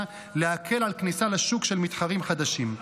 ולהקל על כניסה של מתחרים חדשים לשוק.